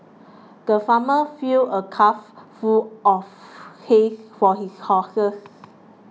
the farmer filled a trough full of hay for his horses